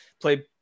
play